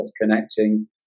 connecting